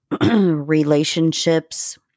relationships